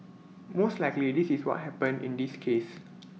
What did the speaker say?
most likely this is what happened in this case